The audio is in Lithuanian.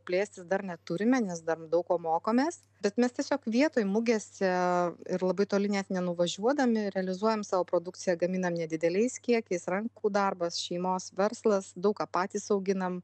plėstis dar neturime nes dar daug ko mokomės bet mes tiesiog vietoj mugėse ir labai toli net nenuvažiuodami realizuojam savo produkciją gaminam nedideliais kiekiais rankų darbas šeimos verslas daug ką patys auginam